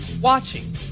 watching